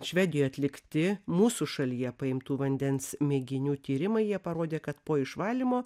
švedijoj atlikti mūsų šalyje paimtų vandens mėginių tyrimai jie parodė kad po išvalymo